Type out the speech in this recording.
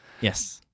Yes